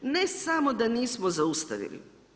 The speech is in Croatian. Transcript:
Ne samo da nismo zaustavili.